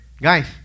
Guys